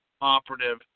operative